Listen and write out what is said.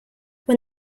when